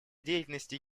деятельности